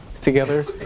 together